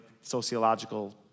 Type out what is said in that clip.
sociological